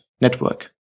network